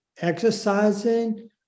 exercising